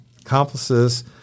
accomplices